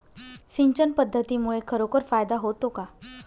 सिंचन पद्धतीमुळे खरोखर फायदा होतो का?